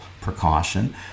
precaution